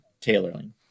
tailoring